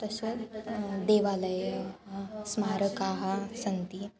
तस्य देवालयः स्मारकाः सन्ति